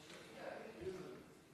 סיעת יש עתיד מסירה את ההסתייגויות שלה,